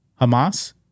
Hamas